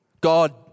God